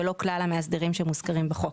ולא כלל המאסדרים שמוזכרים בחוק.